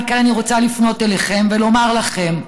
מכאן אני רוצה לפנות אליכם ולומר לכם: